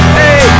hey